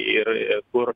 ir kur